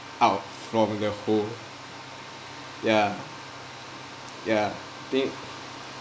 out from the hole ya ya think